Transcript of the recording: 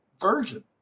version